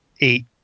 eight